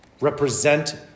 Represent